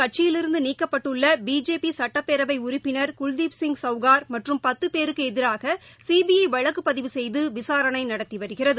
கட்சியிலிருந்து நீக்கப்பட்டுள்ள பிஜேபி சட்டப்பேரவை உறுப்பினர் குல்தீப் சிங் செங்கார் மற்றும் பத்து பேருக்கு எதிராக சிபிஐ வழக்குப் பதிவு செய்து விசாரணை நடத்தி வருகிறது